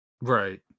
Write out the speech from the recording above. Right